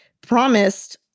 promised